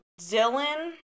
Dylan